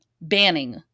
banning